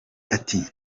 ati